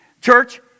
Church